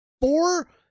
four